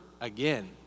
again